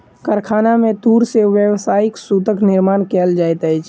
कारखाना में तूर से व्यावसायिक सूतक निर्माण कयल जाइत अछि